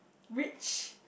rich